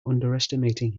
underestimating